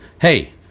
hey